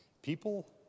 People